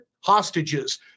hostages